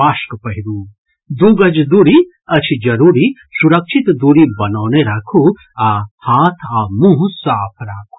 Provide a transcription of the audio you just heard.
mask पहिरू दू गज दूरी अछि जरूरी सुरक्षित दूरी बनौने राखू आ हाथ आ मुंह साफ राखू